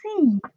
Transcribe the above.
see